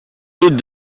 doute